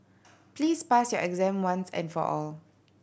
please pass your exam once and for all